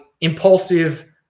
impulsive